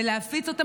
ולהפיץ אותה,